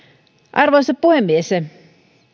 arvoisa puhemies